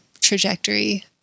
trajectory